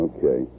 Okay